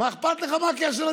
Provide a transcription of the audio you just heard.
מה הקשר לדיון?